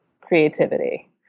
creativity